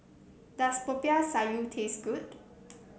does Popiah Sayur taste good